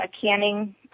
canning